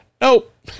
nope